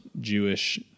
Jewish